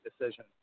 decision